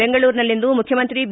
ಬೆಂಗಳೂರಿನಲ್ಲಿಂದು ಮುಖ್ಯಮಂತ್ರಿ ಬಿ